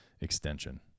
extension